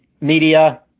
media